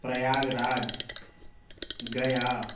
Prayag राज् गया